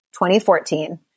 2014